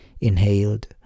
inhaled